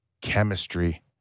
chemistry